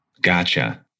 Gotcha